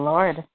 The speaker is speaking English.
Lord